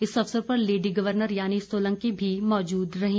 इस अवसर पर लेडी गवर्नर रानी सोलंकी भी मौजूद रहीं